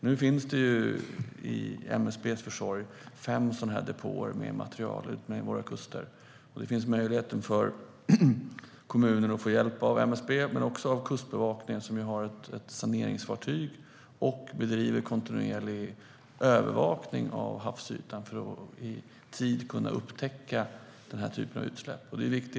Genom MSB:s försorg finns det nu fem depåer med material utmed våra kuster. Det finns möjlighet för kommunerna att få hjälp av MSB men också av Kustbevakningen, som ju har ett saneringsfartyg och som bedriver kontinuerlig övervakning av havsytan för att i tid kunna upptäcka den här typen av utsläpp.